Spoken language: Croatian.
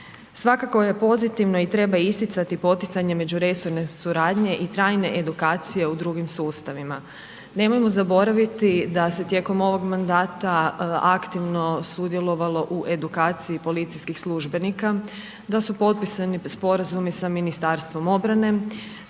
Svakako je pozitivno i treba isticati poticanje međuresorne suradnje i trajne edukacije u drugim sustavima. Nemojmo zaboraviti da se tijekom ovog mandata aktivno sudjelovalo u edukaciji policijskih službenika, da su potpisani sporazumi sa Ministarstvom obrane,